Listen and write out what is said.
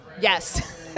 Yes